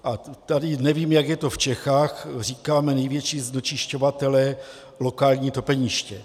A tady nevím, jak je to v Čechách říkáme: největší znečišťovatelé lokální topeniště.